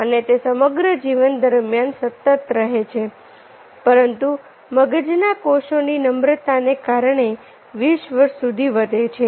અને તે સમગ્ર જીવન દરમિયાન સતત રહે છે પરંતુ મગજના કોષોની નમ્રતાને કારણે 20 વર્ષ સુધી વધે છે